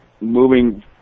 Moving